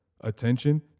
attention